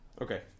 Okay